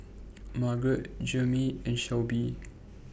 Margot Jeramie and Shelbie